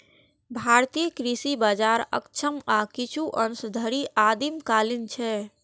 भारतीय कृषि बाजार अक्षम आ किछु अंश धरि आदिम कालीन छै